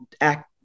act